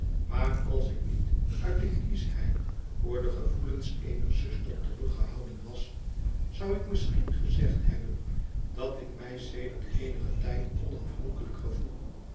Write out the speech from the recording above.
maar als ik niet uit de kieschheid voor de gevoelens eener zuster teruggehouden was zou ik misschien gezegd hebben dat ik mij sedert eenigen tijd onafhankelijk gevoel